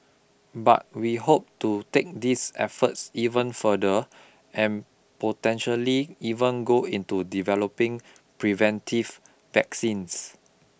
but we hope to take these efforts even further and potentially even go into developing preventive vaccines